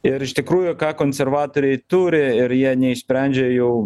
ir iš tikrųjų ką konservatoriai turi ir jie neišsprendžia jau